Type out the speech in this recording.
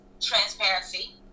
transparency